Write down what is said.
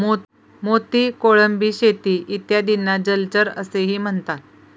मोती, कोळंबी शेती इत्यादींना जलचर असेही म्हणतात